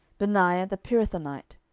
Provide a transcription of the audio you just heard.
benaiah the pirathonite,